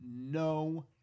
no